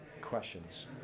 questions